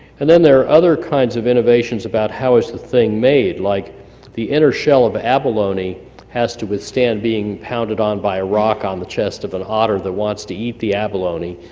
and then there are other kinds of innovations about how is the thing made like the inner shell of abalone has to withstand being pounded on by a rock on the chest of an otter that wants to eat the abalone.